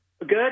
Good